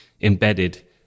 embedded